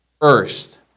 first